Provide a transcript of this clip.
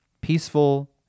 peaceful